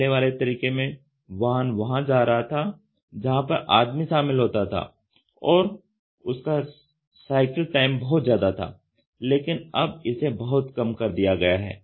पहले वाले तरीके में वाहन वहां जा रहा था जहां पर आदमी शामिल होता था और उसका साइकिल टाइम बहुत ज्यादा था लेकिन अब इसे बहुत कम कर दिया गया है